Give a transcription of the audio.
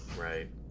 Right